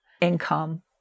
income